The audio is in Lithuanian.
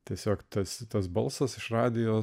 tiesiog tas tas balsas iš radijo